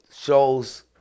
shows